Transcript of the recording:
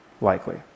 likely